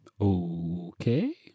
Okay